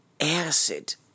acid